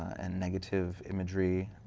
and negative imagery.